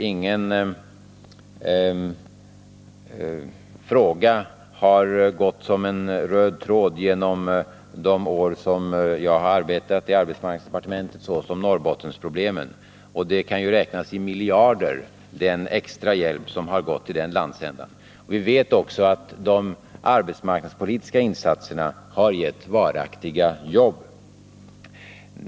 Ingen fråga har gått som en röd tråd Nr 37 genom de år då jag har arbetat i arbetsmarknadsdepartementet så som Norrbottensproblemen, och den extra hjälp som har gått till den landsändan kan räknas i miljarder. Vi vet också att de arbetsmarknadspolitiska insatserna har gett varaktiga jobb.